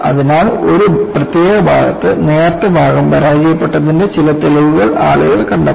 അതിനാൽ ഒരു പ്രത്യേക ഭാഗത്ത് നേർത്ത ഭാഗം പരാജയപ്പെട്ടതിന്റെ ചില തെളിവുകൾ ആളുകൾ കണ്ടെത്തി